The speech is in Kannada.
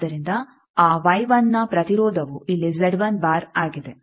ಆದ್ದರಿಂದ ಆ ನ ಪ್ರತಿರೋಧವು ಇಲ್ಲಿ ಆಗಿದೆ